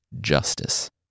justice